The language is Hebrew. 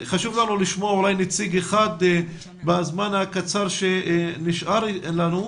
חשוב לנו לשמוע אולי נציג אחד בזמן הקצר שנשאר לנו.